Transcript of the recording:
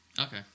Okay